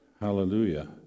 hallelujah